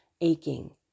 aching